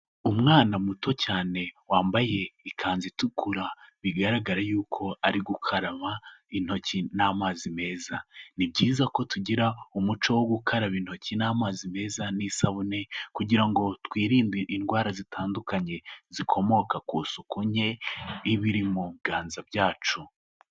Umwana muto cyane wambaye ikanzu itukura, bigaragara yuko ari gukaraba intoki n'amazi meza, ni byiza ko tugira umuco wo gukaraba intoki n'amazi meza n'isabune kugira ngo twirinde indwara zitandukanye, zikomoka ku suku nke iba iri mu biganza byacu.